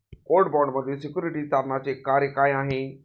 Court बाँडमधील securities तारणाचे कार्य काय आहे?